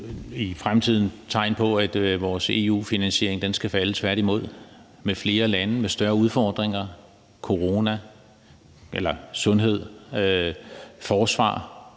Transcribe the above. i fremtiden på, at vores EU-finansiering skal falde, tværtimod, med flere lande med større udfordringer, med udfordringer i forhold